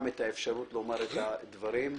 הדברים,